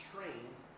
trained